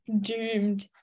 doomed